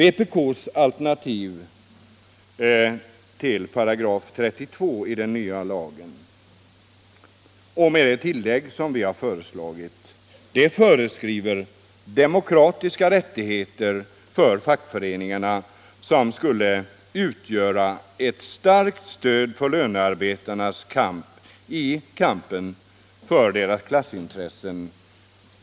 Vpk:s alternativ till § 32 i den nya lagen, med det tillägg som vi föreslagit, föreskriver demokratiska rättigheter för fackföreningarna som skulle utgöra ett starkt stöd för lönearbetarna i kampen för deras klassintressen.